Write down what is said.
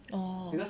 orh